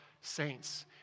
saints